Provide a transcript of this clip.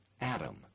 Adam